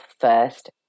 first